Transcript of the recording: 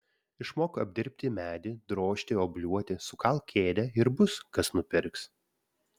išmok apdirbti medį drožti obliuoti sukalk kėdę ir bus kas nupirks